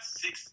six